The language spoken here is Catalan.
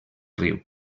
riu